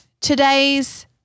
today's